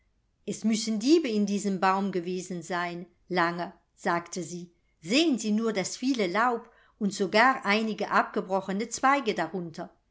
es müssen diebe in diesem baume gewesen sein lange sagte sie sehen sie nur das viele laub und sogar einige abgebrochene zweige darunter